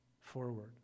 forward